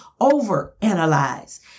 overanalyze